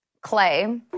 Clay